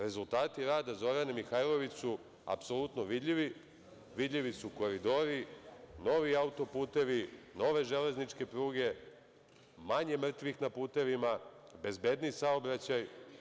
Rezultati rada Zorane Mihajlović su apsolutno vidljivi, vidljivi su Koridori, novi autoputevi, nove železničke pruge, manje mrtvih na putevima, bezbedniji saobraćaj.